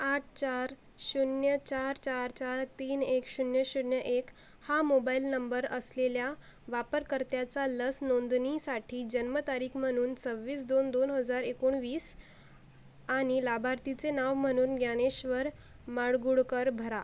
आठ चार शून्य चार चार चार तीन एक शून्य शून्य एक हा मोबाईल नंबर असलेल्या वापरकर्त्याचा लस नोंदणीसाठी जन्मतारीख म्हणून सव्वीस दोन दोन हजार एकोणवीस आणि लाभार्थीचे नाव म्हणून ज्ञानेश्वर माडगूळकर भरा